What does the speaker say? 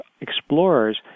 explorers